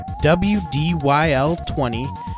WDYL20